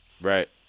Right